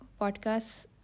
podcast